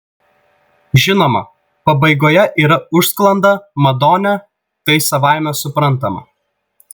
žinoma pabaigoje yra užsklanda madone tai savaime suprantama